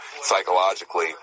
psychologically